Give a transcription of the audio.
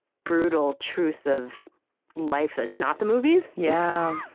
brutal truth of life that's not the movies. yeah,